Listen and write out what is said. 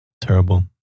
terrible